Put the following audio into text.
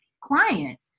client